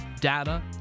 data